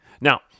Now